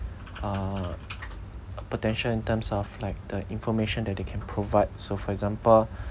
uh uh potential in terms of like the information that they can provide so for example